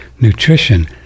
nutrition